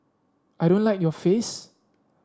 I don't like your face